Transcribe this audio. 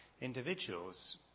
individuals